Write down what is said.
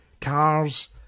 cars